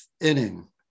inning